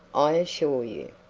i assure you.